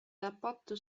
rapporto